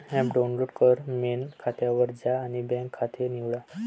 app download कर, main खात्यावर जा आणि बँक खाते निवडा